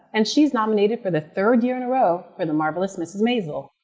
and she's nominated for the third year in a row for the marvelous mrs. maisel.